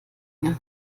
mir